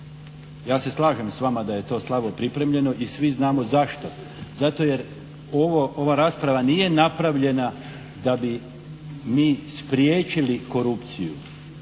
Ja se slažem s vama da je to slabo pripremljeno i svi znamo zašto? Zato jer ova rasprava nije napravljena da bi mi spriječili korupciju.